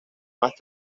más